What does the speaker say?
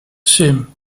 семь